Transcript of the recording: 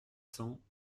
cent